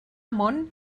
món